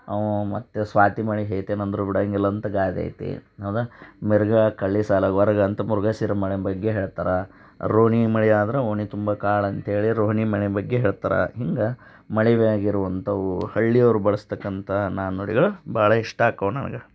ಅವ ಮತ್ತೆ ಸ್ವಾತಿ ಮಳೆ ಹೇತೇನಂದ್ರು ಬಿಡಂಗಿಲ್ಲ ಅಂತ ಗಾದೆ ಐತಿ ಹೌದಾ ಮಿರ್ಗ ಕಳ್ಳಿ ಸಾಲ ಒರ್ಗ್ ಅಂತ ಮೃಗಶಿರ ಮಳೆಯ ಬಗ್ಗೆ ಹೇಳ್ತಾರೆ ರೋಹಿಣಿ ಮಳೆ ಆದ್ರೆ ಓಣಿ ತುಂಬ ಕಾಳು ಅಂತೇಳಿ ರೋಹಿಣಿ ಮಳೆ ಬಗ್ಗೆ ಹೇಳ್ತಾರೆ ಹಿಂಗೆ ಮಳೆ ಮ್ಯಾಲಿರುವಂಥವು ಹಳ್ಳಿಯವ್ರು ಬಳಸತಕ್ಕಂಥ ನಾಣ್ಣುಡಿಗಳು ಭಾಳ ಇಷ್ಟ ಆಕವು ನನಗೆ